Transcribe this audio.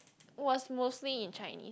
was mostly in Chinese